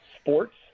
sports